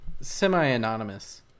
semi-anonymous